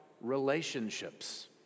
relationships